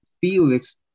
Felix